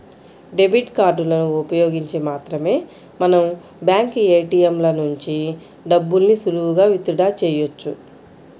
debit కార్డులను ఉపయోగించి మాత్రమే మనం బ్యాంకు ఏ.టీ.యం ల నుంచి డబ్బుల్ని సులువుగా విత్ డ్రా చెయ్యొచ్చు